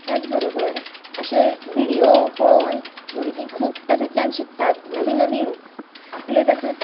तेच बरोबर अशे व्हिडियो पळोन भुरगीं खूब तातुंतल्यान शिकतात नवी नवीन आपले तातूंत